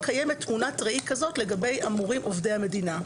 קיימת תמונת ראי כזאת לגבי המורים עובדי המדינה.